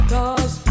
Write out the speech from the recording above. Cause